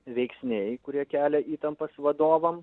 veiksniai kurie kelia įtampas vadovam